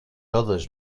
others